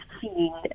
seen